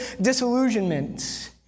disillusionment